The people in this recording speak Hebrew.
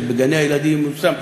בגני-הילדים הוא מיושם,